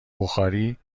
بخاری